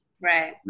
Right